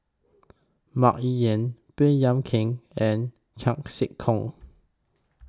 Mah Li Lian Baey Yam Keng and Chan Sek Keong